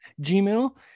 Gmail